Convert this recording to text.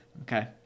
Okay